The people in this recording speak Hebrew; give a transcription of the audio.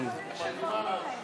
(קוראת בשמות חברי הכנסת)